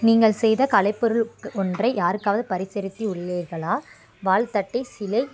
நீங்கள் செய்த கலைப்பொருள் ஒன்றை யாருக்காவது பரிசளித்து உள்ளீர்களா வாழ்த்தட்டை சிலை